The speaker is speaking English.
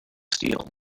steel